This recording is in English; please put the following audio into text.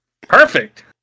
Perfect